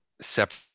separate